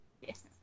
Yes